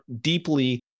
deeply